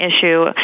issue